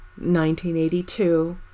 1982